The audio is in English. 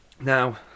Now